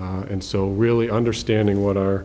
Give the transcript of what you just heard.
g and so really understanding what our